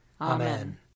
Amen